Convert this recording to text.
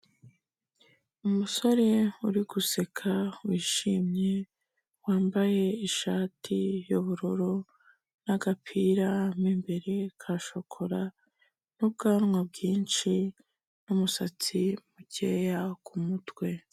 Umusore uri guseka wishimye, wambaye ishati y'ubururu n'agapira mo imbere ka shokora n'ubwanwa bwinshi n'umusatsi mukeya ku mutwe.